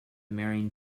marrying